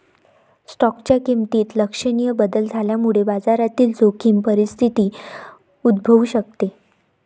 स्टॉकच्या किमतीत लक्षणीय बदल झाल्यामुळे बाजारातील जोखीम परिस्थिती उद्भवू शकते